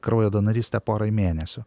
kraujo donorystę porai mėnesių